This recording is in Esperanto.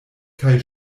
kaj